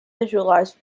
visualized